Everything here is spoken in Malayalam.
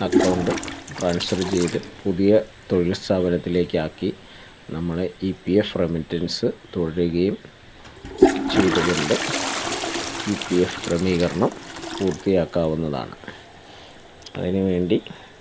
അക്കൗണ്ട് ട്രാൻസ്ഫർ ചെയ്ത് പുതിയ തൊഴിൽ സ്ഥാപനത്തിലേക്കാക്കി നമ്മളെ ഇ പി എഫ് റമിറ്റൻസ് തുടരുകയും ചെയ്ത് കൊണ്ട് ഇ പി എഫ് ക്രമീകരണം പൂർത്തിയാക്കാവുന്നതാണ് അതിന് വേണ്ടി